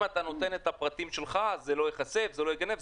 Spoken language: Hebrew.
אתה נותן את הפרטים שלך אז זה לא ייחשף ולא ייגנב.